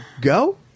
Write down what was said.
go